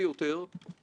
הפרק החמישי